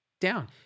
down